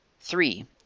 Three